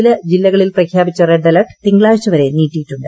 ചില ജില്ലകളിൽ പ്രഖ്യാപിച്ച റെഡ് അലർട്ട് തിങ്കളാഴ്ചവരെ നീട്ടിയിട്ടുണ്ട്